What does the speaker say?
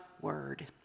word